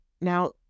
Now